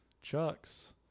Chuck's